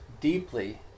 deeply